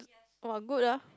!wah! good ah